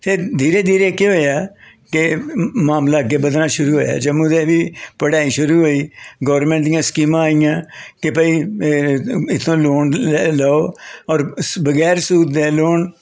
फिर धीरे धीरे केह् होया के मामला अग्गें बधना शुरु होया जम्मू दे बी पढ़ाई शुरु होई गौरमैंट दियां स्कीमां आइयां कि भाई इत्थूं लोन लैओ होर बगैर सूद दे लोन